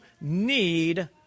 need